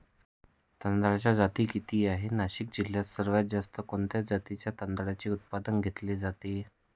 तांदळाच्या जाती किती आहेत, नाशिक जिल्ह्यात सर्वात जास्त कोणत्या जातीच्या तांदळाचे उत्पादन घेतले जाते?